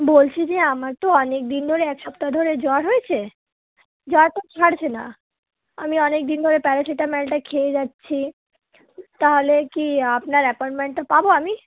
বলছি যে আমরা তো অনেক দিন ধরে এক সপ্তাহ ধরে জ্বর হয়েছে জ্বর তো ছাড়ছে না আমি অনেক দিন ধরে প্যারাসিটামেলটা খেয়ে যাচ্ছি তাহলে কি আপনার অ্যাপয়ন্টমেন্টটা পাবো আমি